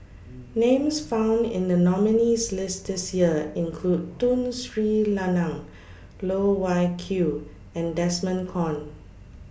Names found in The nominees' list This Year include Tun Sri Lanang Loh Wai Kiew and Desmond Kon